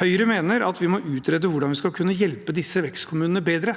Høyre mener at vi må utrede hvordan vi skal kunne hjelpe disse vekstkommunene bedre.